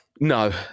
No